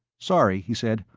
sorry, he said.